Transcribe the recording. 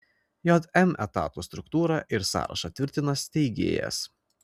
jm etatų struktūrą ir sąrašą tvirtina steigėjas